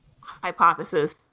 hypothesis